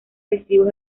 festivos